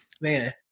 man